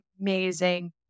amazing